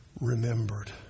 Remembered